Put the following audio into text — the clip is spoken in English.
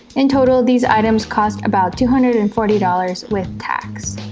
in total these items cost about two hundred and and forty dollars with tax.